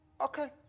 Okay